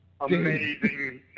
Amazing